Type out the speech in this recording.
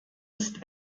ist